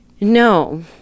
no